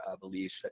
beliefs